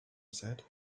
said